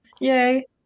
Yay